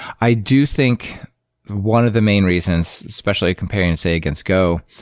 i do think one of the main reasons, especially comparing to, say, against go,